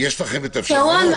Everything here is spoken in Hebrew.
יש לכם האפשרות?